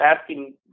asking